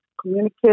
communicate